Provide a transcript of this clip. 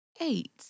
eight